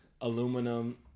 aluminum